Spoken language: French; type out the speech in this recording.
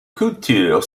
cultures